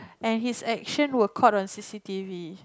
and his action were caught on c_c_t_v